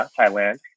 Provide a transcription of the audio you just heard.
Thailand